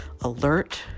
alert